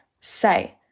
say